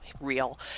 real